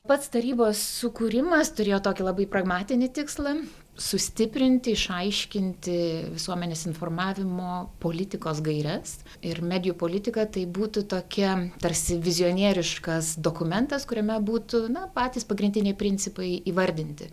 pats tarybos sukūrimas turėjo tokį labai pragmatinį tikslą sustiprinti išaiškinti visuomenės informavimo politikos gaires ir medijų politiką tai būtų tokia tarsi vizionieriškas dokumentas kuriame būtų na patys pagrindiniai principai įvardinti